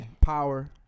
Power